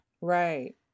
Right